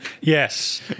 Yes